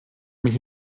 mich